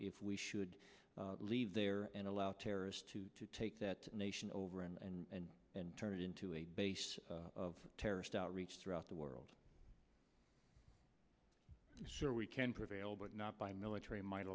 if we should leave there and allow terrorists to take that nation over and and turn it into a base of terrorist outreach throughout the world so we can prevail but not by military might